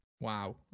Wow